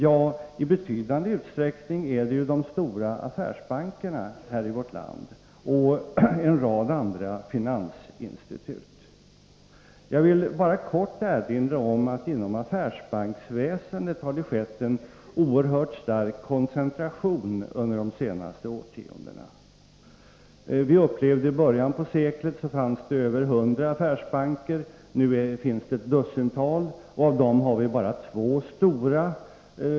Ja, i betydande utsträckning är det de stora affärsbankerna i vårt land och en rad andra finansinstitut. 65 politiska medel Jag vill bara kort erinra om att det inom affärsbanksväsendet har skett en oerhört stark koncentration under de senaste årtiondena. Vi upplevde i början av seklet att det fanns över 100 affärsbanker, nu finns det ett dussintal, av vilka endast två är stora.